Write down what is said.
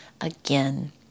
again